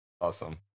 Awesome